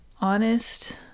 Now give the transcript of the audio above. honest